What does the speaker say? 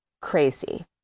crazy